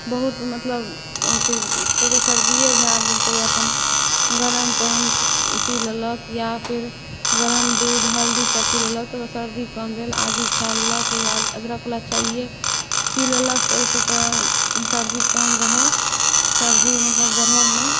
बहुत मतलब होइ छै ककरो सर्दिए भऽ गेल तऽ ओ अपन गरम पानि पी लेलक या फेर गरम दूध हल्दीसब पी लेलक तऽ ओकर सर्दी कम भेल आदी खा लेलक या अदरकवला चाइए पी लेलक तऽ ओहिसँ सर्दी कम रहल सर्दी मतलब बढ़ल नहि